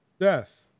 death